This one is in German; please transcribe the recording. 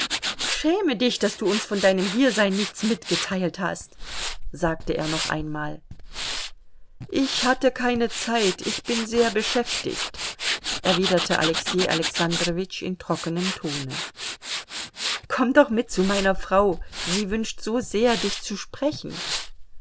schäme dich daß du uns von deinem hiersein nichts mitgeteilt hast sagte er noch einmal ich hatte keine zeit ich bin sehr beschäftigt erwiderte alexei alexandrowitsch in trockenem tone komm doch mit hin zu meiner frau sie wünscht so sehr dich zu sprechen